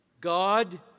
God